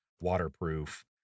waterproof